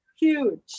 Huge